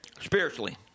spiritually